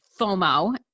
FOMO